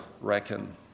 reckon